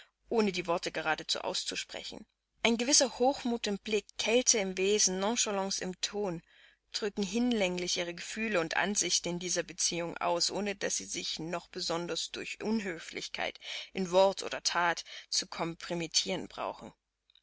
ohne die worte geradezu auszusprechen ein gewisser hochmut im blick kälte im wesen nonchalance im ton drücken hinlänglich ihre gefühle und ansichten in dieser beziehung aus ohne daß sie sich noch besonders durch unhöflichkeit in wort oder that zu kompromittieren brauchen